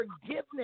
forgiveness